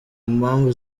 mpamvu